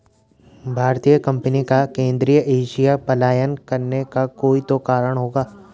भारतीय कंपनी का केंद्रीय एशिया पलायन करने का कोई तो कारण होगा